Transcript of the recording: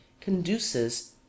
conduces